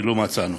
ולא מצאנו.